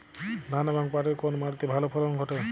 ধান এবং পাটের কোন মাটি তে ভালো ফলন ঘটে?